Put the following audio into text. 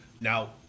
now